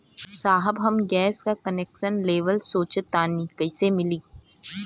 साहब हम गैस का कनेक्सन लेवल सोंचतानी कइसे मिली?